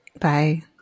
Bye